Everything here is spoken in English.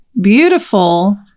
beautiful